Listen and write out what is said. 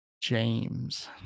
James